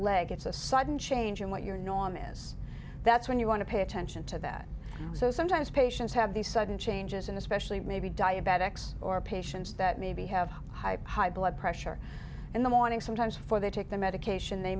leg it's a sudden change in what your norm is that's when you want to pay attention to that so sometimes patients have these sudden changes in especially maybe diabetics or a patients that maybe have high blood pressure in the morning sometimes for they take the medication they